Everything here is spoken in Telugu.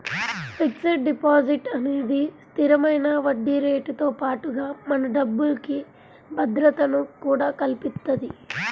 ఫిక్స్డ్ డిపాజిట్ అనేది స్థిరమైన వడ్డీరేటుతో పాటుగా మన డబ్బుకి భద్రతను కూడా కల్పిత్తది